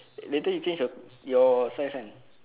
later you change your your size [one]